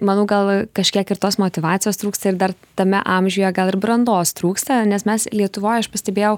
manau gal kažkiek ir tos motyvacijos trūksta ir dar tame amžiuje gal ir brandos trūksta nes mes lietuvoj aš pastebėjau